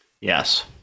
Yes